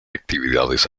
actividades